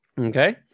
okay